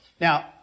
Now